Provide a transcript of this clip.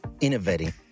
innovating